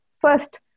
First